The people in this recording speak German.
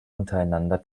untereinander